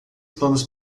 planos